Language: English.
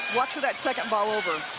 watch for that second ball over